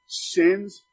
sins